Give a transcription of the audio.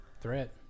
threat